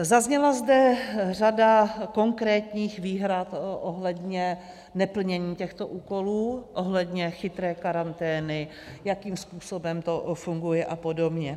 Zazněla zde řada konkrétních výhrad ohledně neplnění těchto úkolů, ohledně chytré karantény, jakým způsobem to funguje a podobně.